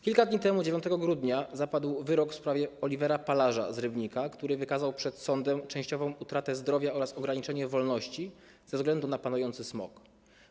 Kilka dni temu, 9 grudnia zapadł wyrok w prawie Oliwera Palarza z Rybnika, który wykazał przed sądem częściową utratę zdrowia oraz ograniczenie wolności ze względu na panujący smog.